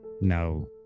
No